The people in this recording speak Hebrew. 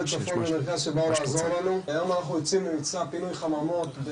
אנחנו יודעים להצביע מי אחראי על החממות?